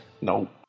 No